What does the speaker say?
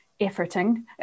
efforting